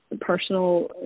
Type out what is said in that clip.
personal